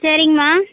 சரிங்கம்மா